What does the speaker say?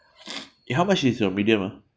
eh how much is your medium ah